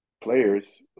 players